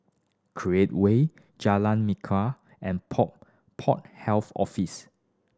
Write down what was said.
Create Way Jalan Minkya and Port Port Health Office